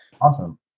Awesome